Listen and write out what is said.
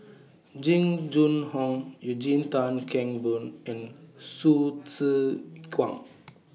Jing Jun Hong Eugene Tan Kheng Boon and Hsu Tse Kwang